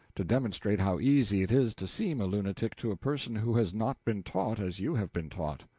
to demonstrate how easy it is to seem a lunatic to a person who has not been taught as you have been taught.